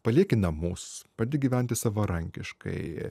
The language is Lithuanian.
palieki namus padedi gyventi savarankiškai